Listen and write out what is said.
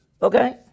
Okay